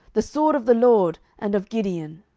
the sword of the lord, and of gideon.